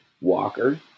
Walker